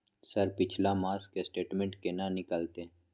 Sir पिछला मास के स्टेटमेंट केना निकलते?